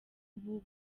ubu